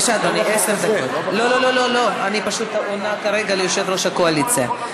לא לא, אני עונה ליושב-ראש הקואליציה.